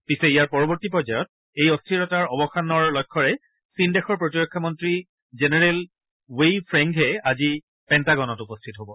পিছে ইয়াৰ পৰৱৰ্তী পৰ্যায়ত এই অস্থিৰতাৰ অৱসানৰ লক্ষ্যৰে চীনদেশৰ প্ৰতিৰক্ষা মন্ত্ৰী জেনেৰেল ৱেই ফ্ৰেংঘে আজি পেণ্টাগনত উপস্থিত হ'ব